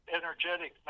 energetic